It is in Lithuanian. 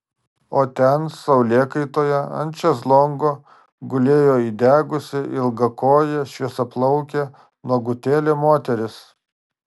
o ten saulėkaitoje ant šezlongo gulėjo įdegusi ilgakojė šviesiaplaukė nuogutėlė moteris